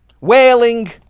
Wailing